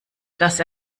dass